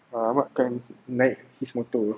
ah ahmad can naik his motor